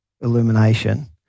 illumination